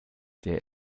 sehr